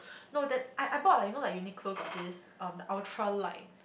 no that I I bought like you know like Uniqlo got this um the ultralight